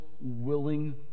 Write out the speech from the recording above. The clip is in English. willing